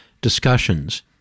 discussions